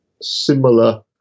similar